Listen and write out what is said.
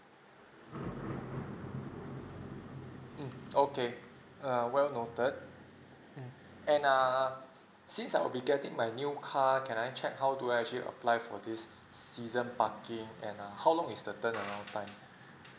mm okay err well noted mm and err since I'll be getting my new car can I check how to actually apply for this season parking and err how long is the turnover time